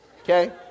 okay